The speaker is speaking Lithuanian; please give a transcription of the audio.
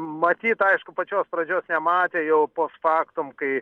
matyt aišku pačios pradžios nematė jau post factum kai